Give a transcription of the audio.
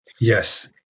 Yes